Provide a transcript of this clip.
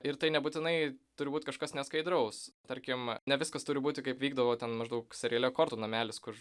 ir tai nebūtinai turi būti kažkas neskaidraus tarkim ne viskas turi būti kaip vykdavo ten maždaug seriale kortų namelis kur